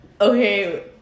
Okay